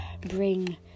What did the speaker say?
bring